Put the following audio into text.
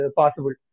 possible